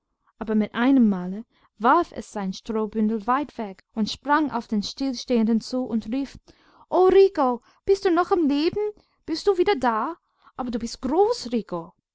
aber mit einem male warf es sein strohbündel weit weg und sprang auf den stillstehenden zu und rief o rico bist du noch am leben bist du wieder da aber du bist